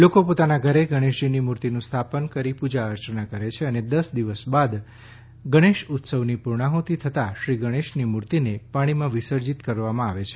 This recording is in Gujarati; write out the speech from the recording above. લોકો પોતાના ઘરે ગણેશજીની મૂર્તિનું સ્થાપન કરી પૂજા કરે છે અને દેશ દિવસ બાદ ગણેશ ઉત્સવની પૂર્ણાહૂતિ થતાં શ્રી ગણેશની મૂર્તિને પાણીમાં વિસર્જિત કરવામાં આવે છે